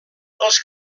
els